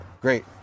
great